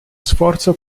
sforzo